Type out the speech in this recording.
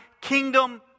kingdom